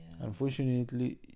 unfortunately